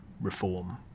reform